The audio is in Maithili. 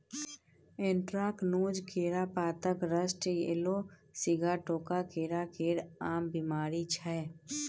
एंट्राकनोज, केरा पातक रस्ट, येलो सीगाटोका केरा केर आम बेमारी छै